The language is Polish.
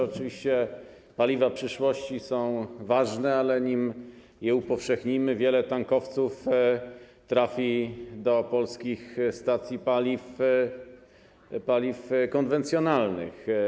Oczywiście paliwa przyszłości są ważne, ale nim je upowszechnimy, wiele tankowców trafi do polskich stacji paliw konwencjonalnych.